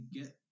get